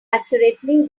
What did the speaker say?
accurately